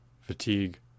fatigue